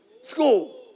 school